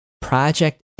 Project